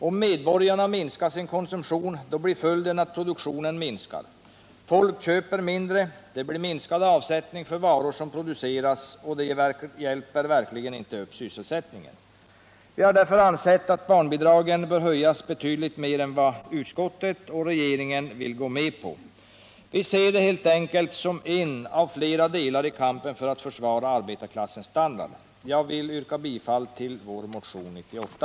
Om medborgarna minskar sin konsumtion, blir följden att produktionen avtar. Folk köper mindre. Det blir minskad avsättning för de varor som produceras, och det hjälper verkligen inte upp sysselsättningen. Vi anser därför att barnbidragen bör höjas betydligt mer än vad utskottet och regeringen vill gå med på. Vi ser det helt enkelt som en av flera delar i kampen för att försvara arbetarklassens standard. Jag yrkar bifall till vår motion nr 98.